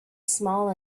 small